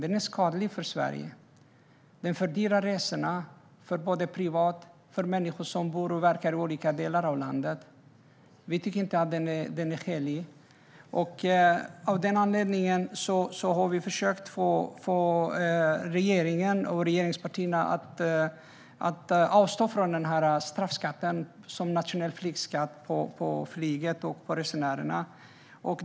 Den är skadlig för Sverige. Den fördyrar resorna för människor som bor och verkar i olika delar av landet. Vi tycker inte att den är skälig. Av den anledningen har vi försökt få regeringen och regeringspartierna att avstå från den straffskatt som en nationell skatt på flyget och resenärerna är.